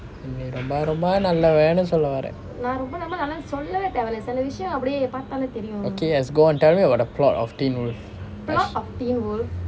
நீ ரொம்ப ரொம்ப நல்லவன்னு சொல்ல வர:ni romba romba nallavannu solla vara okay let's go on tell me about the plot of teen wolf